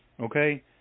okay